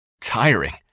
tiring